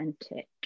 authentic